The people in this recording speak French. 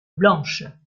blanche